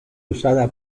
usada